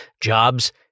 jobs